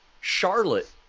Charlotte